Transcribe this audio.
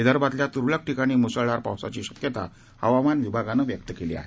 विदर्भातल्या त्रळक ठिकाणी मुसळधार पावसाची शक्यता हवामान विभागानं व्यक्त केली आहे